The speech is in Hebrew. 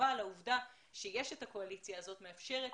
אבל העובדה שיש את הקואליציה הזאת מאפשרת